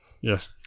Yes